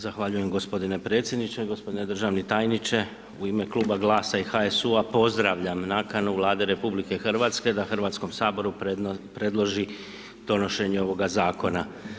Zahvaljujem gospodine predsjedniče, gospodine državni tajniče u ime Kluba GLAS-a i HSU-a pozdravljam nakanu Vlade RH da Hrvatskom saboru predloži donošenje ovoga zakona.